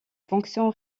fonction